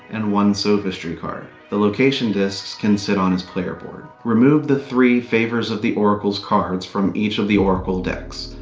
and one sophistry card. the location discs can sit on his player board. remove the three favors of the oracles cards from each of the oracle decks.